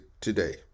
today